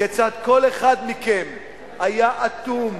כיצד כל אחד מכם היה אטום,